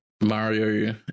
mario